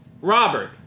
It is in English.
Robert